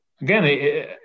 again